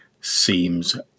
seems